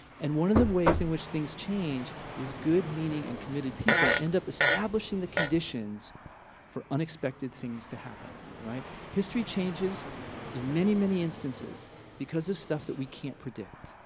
and one of the ways in which things change is good meaning and committed people end up establishing the conditions for unexpected things to happen. history changes in many, many instances because of stuff that we can't predict.